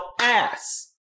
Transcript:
ass